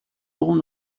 aurons